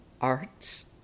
art's